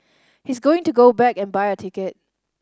he's going to go back and buy a ticket